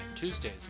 Tuesdays